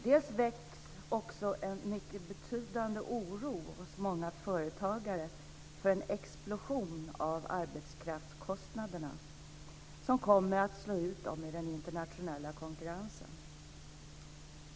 Dessutom väcks också en mycket betydande oro hos många företagare för en explosion av arbetskraftskostnaderna som kommer att slå ut dem i den internationella konkurrensen.